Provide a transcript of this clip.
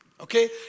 Okay